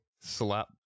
slap